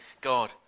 God